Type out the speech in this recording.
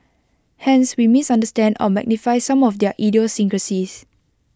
hence we misunderstand or magnify some of their idiosyncrasies